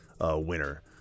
winner